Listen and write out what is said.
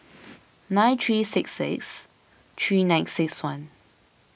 nine three six six three nine six one